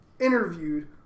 interviewed